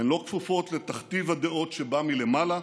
הן לא כפופות לתכתיב הדעות שבא מלמעלה,